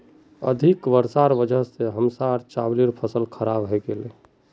अधिक वर्षार वजह स हमसार चावलेर फसल खराब हइ गेले